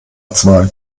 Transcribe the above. zwei